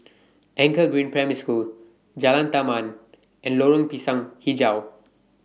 Anchor Green Primary School Jalan Taman and Lorong Pisang Hijau